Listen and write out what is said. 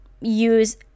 use